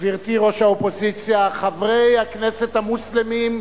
גברתי ראש האופוזיציה, חברי הכנסת המוסלמים,